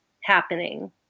happening